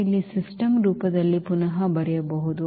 ನಾವು ಇಲ್ಲಿ ಸಿಸ್ಟಮ್ ರೂಪದಲ್ಲಿ ಪುನಃ ಬರೆಯಬಹುದು